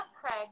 Craig